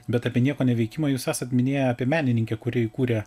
bet apie nieko neveikimą jūs esat minėję apie menininkę kuri įkūrė